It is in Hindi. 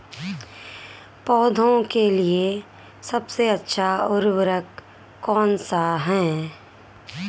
पौधों के लिए सबसे अच्छा उर्वरक कौनसा हैं?